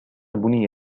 بُني